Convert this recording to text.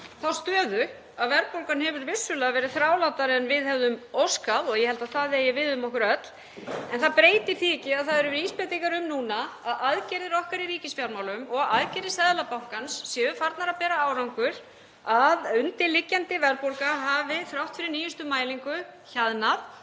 þá stöðu að verðbólgan hefur vissulega verið þrálátari en við hefðum óskað og ég held að það eigi við um okkur öll. En það breytir því ekki að það eru vísbendingar núna um að aðgerðir okkar í ríkisfjármálum og aðgerðir Seðlabankans séu farnar að bera árangur, að undirliggjandi verðbólga hafi, þrátt fyrir nýjustu mælingu, hjaðnað.